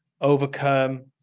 overcome